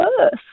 earth